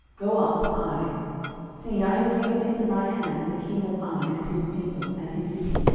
go up to ai see, i have given into thy hand the king of ai, and his people, and his city,